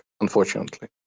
unfortunately